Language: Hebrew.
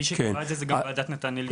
מי שקבע את זה זאת ועדת נט"ן עליונה.